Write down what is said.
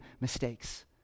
mistakes